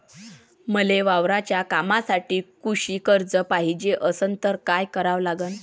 मले वावराच्या कामासाठी कृषी कर्ज पायजे असनं त काय कराव लागन?